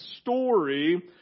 story